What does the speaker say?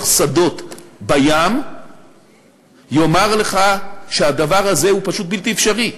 שדות בים יאמר לך שהדבר הזה הוא פשוט בלתי אפשרי.